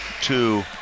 two